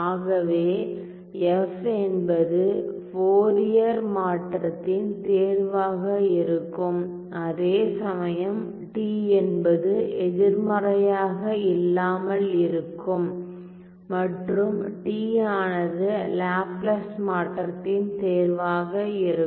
ஆகவே f என்பது Fourier மாற்றத்தின் தேர்வாக இருக்கும் அதே சமயம் t என்பது எதிர்மறையாக இல்லாமல் இருக்கும் மற்றும் t ஆனது லாப்லாஸ் மாற்றத்தின் தேர்வாக இருக்கும்